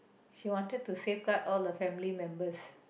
she wanted to safeguard all the family member